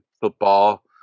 football